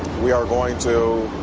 we are going to